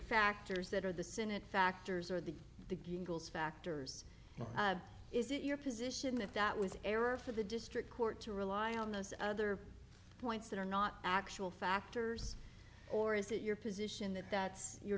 factors that are the senate factors or the the bugles factors is it your position that that was error for the district court to rely on those other points that are not actual factors or is it your position that that's you're